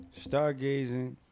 Stargazing